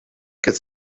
could